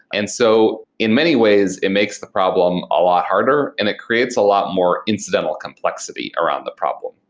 and so in many ways it makes the problem a lot harder and it creates a lot more incidental complexity around the problem.